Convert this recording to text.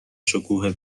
شکوه